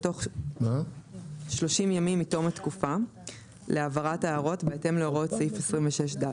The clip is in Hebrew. בתוך 30 ימים מתום התקופה להעברת ההערות בהתאם להוראות סעיף 26ד,